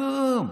כלום.